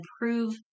Improve